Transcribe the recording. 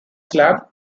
slab